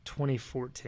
2014